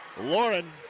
Lauren